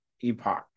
epoch